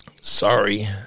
Sorry